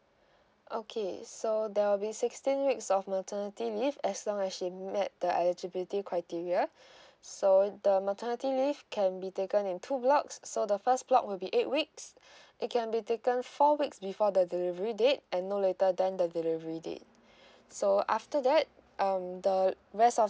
okay so there will be sixteen weeks of maternity leave as long as she met the eligibility criteria so the maternity leave can be taken in two blocks so the first block will be eight weeks it can be taken four weeks before the delivery date and no later than the delivery date so after that um the rest of